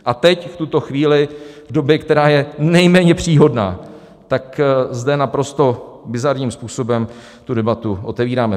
A teď v tuto chvíli, v době, která je nejméně příhodná, tak zde naprosto bizarním způsobem tu debatu otevíráme.